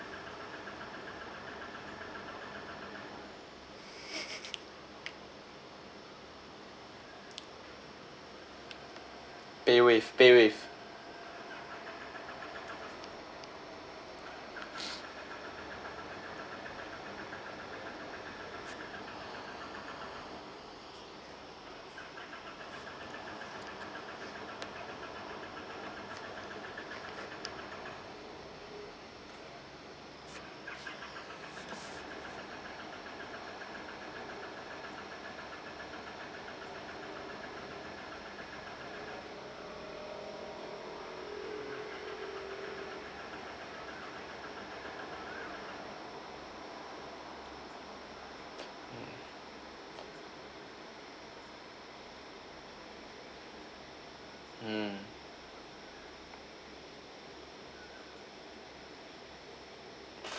paywave paywave mm